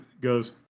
goes